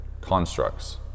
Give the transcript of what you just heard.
constructs